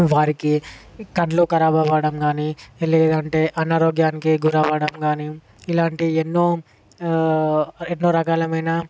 వారికి కండ్లు కరాబ్ అవ్వడంగాని లేదంటే అనారోగ్యానికి గురవ్వడం కానీ ఇలాంటి ఎన్నో ఎన్నో రకాలమయిన